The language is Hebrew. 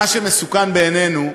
מה שמסוכן בעינינו,